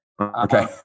Okay